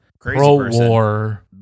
pro-war